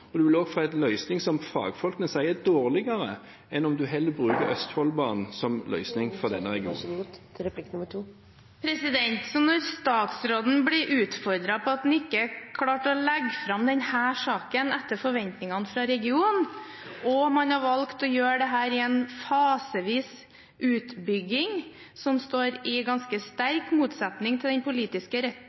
vil også få en løsning som fagfolk sier er dårligere enn om en heller bruker Østfoldbanen som løsning for denne regionen. Når statsråden blir utfordret på at han ikke klarte å legge fram denne saken etter forventningene fra regionen, og man har valgt å gjøre dette i en fasevis utbygging, som står i ganske sterk motsetning til den politiske